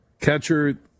Catcher